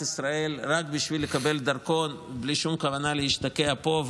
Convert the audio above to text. ישראל רק בשביל לקבל דרכון בלי שום כוונה להשתקע פה,